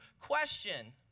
question